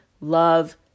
love